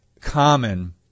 common